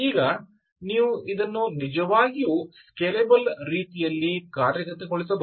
ಈಗ ನೀವು ಇದನ್ನು ನಿಜವಾಗಿಯೂ ಸ್ಕೇಲೆಬಲ್ ರೀತಿಯಲ್ಲಿ ಕಾರ್ಯಗತಗೊಳಿಸಬಹುದು